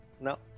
No